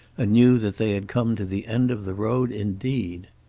knew that they had come to the end of the road indeed.